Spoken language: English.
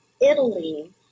Italy